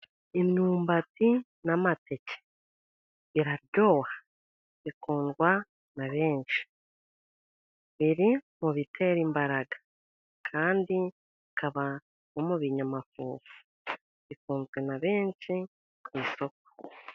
Imyumbati n'amateke biraryoha, bikundwa na benshi, biri mu bitera imbaraga kandi ikaba no mu binyamafufu, bikunzwe na benshi ku isoko.